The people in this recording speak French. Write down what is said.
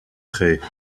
crée